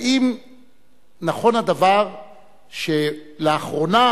האם נכון הדבר שלאחרונה